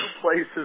places